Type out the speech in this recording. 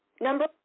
Number